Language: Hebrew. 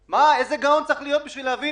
איזה גאון צריך להיות בשביל להבין